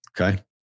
Okay